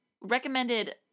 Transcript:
recommended